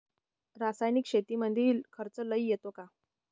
रासायनिक शेतीमंदी खर्च लई येतो का?